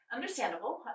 Understandable